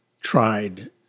tried